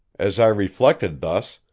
as i reflected thus,